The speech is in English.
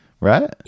right